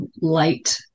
light